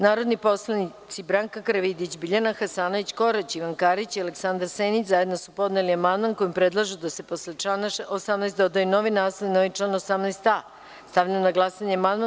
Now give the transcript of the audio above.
Narodni poslanici Branka Karavidić, Biljana Hasanović-Korać, Ivan Karić i Aleksandar Senić zajedno su podneli amandman kojim predlažu da se posle člana 18. dodaju novi naslov i novi član 18a. Stavljam na glasanje amandman.